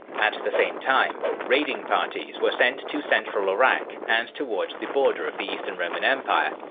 at the same time, raiding parties were sent to central iraq and towards the border of the eastern roman empire,